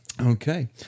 Okay